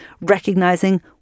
recognizing